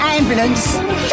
Ambulance